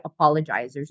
apologizers